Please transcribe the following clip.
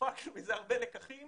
הפקנו מזה הרבה לקחים